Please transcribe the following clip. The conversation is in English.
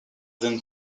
then